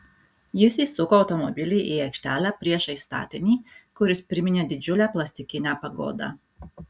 jis įsuko automobilį į aikštelę priešais statinį kuris priminė didžiulę plastikinę pagodą